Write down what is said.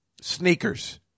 Sneakers